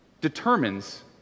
determines